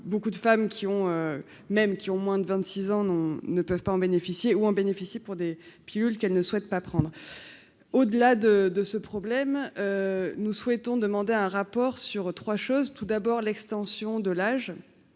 beaucoup de femmes qui ont même qui ont moins de 26 ans, non, ne peuvent pas en bénéficier ou en bénéficier pour des pilules qu'elle ne souhaite pas prendre au-delà de de ce problème, nous souhaitons demander un rapport sur 3 choses : tout d'abord l'extension de l'âge